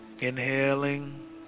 Inhaling